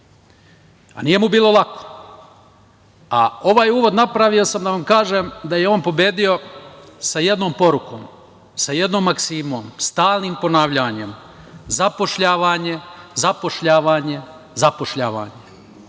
A nije mu bilo lako. Ovaj uvod napravio sam da vam kažem da je on pobedio sa jednom porukom, sa jednom maksimom, stalnim ponavljanjem – zapošljavanje, zapošljavanje, zapošljavanje.